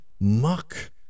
muck